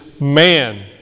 man